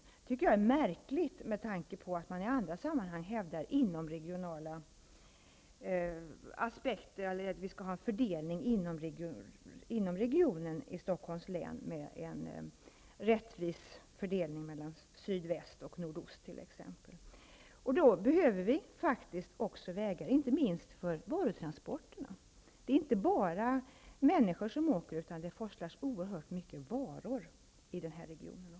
Jag tycker att det är märkligt, med tanke på att man i andra sammanhang hävdar inomregionala aspekter -- dvs. att vi skall ha en regional fördelning inom Stockholms län, en rättvis fördelning mellan t.ex. sydvästra och nordöstra delarna. Inte minst varutransporterna behöver vi också ta hänsyn till. Det är ju inte bara människor som åker, utan det är också oerhört många varor som forslas i den här regionen.